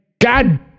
God